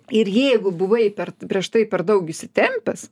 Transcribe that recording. ir jeigu buvai per prieš tai per daug įsitempęs